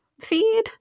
feed